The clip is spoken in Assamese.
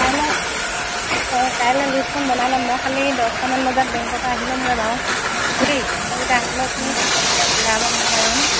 কাইলে কাইলে লিষ্টখন বনাই ল'ম মই খালি দছটামান বজাত বেংকৰ পৰা আহি ল'মগে বাৰু